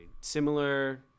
similar